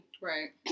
right